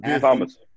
Thomas